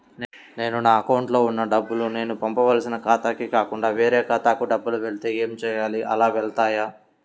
నేను నా అకౌంట్లో వున్న డబ్బులు నేను పంపవలసిన ఖాతాకి కాకుండా వేరే ఖాతాకు డబ్బులు వెళ్తే ఏంచేయాలి? అలా వెళ్తాయా?